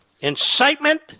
incitement